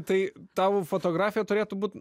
tai tavo fotografija turėtų būti